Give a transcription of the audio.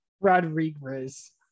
rodriguez